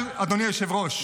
אבל, אדוני היושב-ראש,